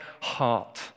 heart